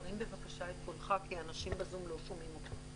תרים בבקשה את קולך כי אנשים ב"זום" לא שומעים אותך.